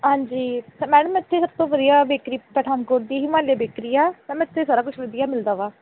ਹਾਂਜੀ ਅਤੇ ਮੈਡਮ ਇੱਥੇ ਸਭ ਤੋਂ ਵਧੀਆ ਬੇਕਰੀ ਪਠਾਨਕੋਟ ਦੀ ਹਿਮਾਲਿਆ ਬੇਕਰੀ ਆ ਮੈਮ ਇੱਥੇ ਸਾਰਾ ਕੁਛ ਵਧੀਆ ਮਿਲਦਾ ਵਾ